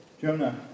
Jonah